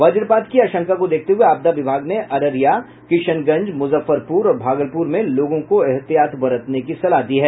वजपात की आशंका को देखते हुए आपदा विभाग ने अररिया किशनगंज मुजफ्फरपुर और भागलपुर में लोगों को एहतियात बरतने की सलाह दी है